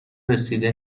رسیده